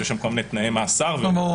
שיש שם כל מיני תנאי מאסר --- ברור.